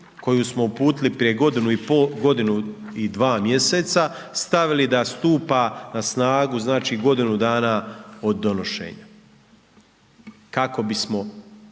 koju smo uputili prije godinu i pol, godinu i 2 mjeseca, stavili da stupa na snagu, znači, godinu dana od donošenja kako bismo